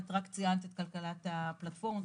את רק ציינת את כלכלת הפלטפורמות,